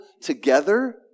together